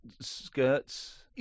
skirts